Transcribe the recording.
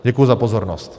Děkuji za pozornost.